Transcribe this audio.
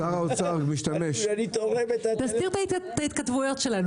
שר האוצר משתמש --- תסתיר את ההתכתבויות שלנו,